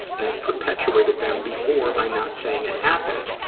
and i've perpetuated them before by not saying it happened,